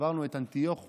עברנו את אנטיוכוס,